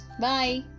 Bye